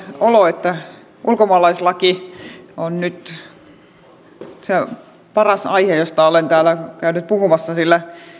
olo että ulkomaalaislaki on nyt paras aihe josta olen täällä käynyt puhumassa sillä